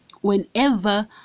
whenever